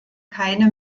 keine